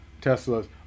Tesla's